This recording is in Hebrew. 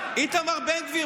איתמר בן גביר,